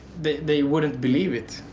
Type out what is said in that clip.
they wouldn't believe it.